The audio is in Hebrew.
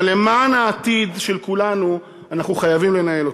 אבל למען העתיד של כולנו, אנחנו חייבים לנהל אותו.